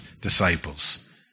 disciples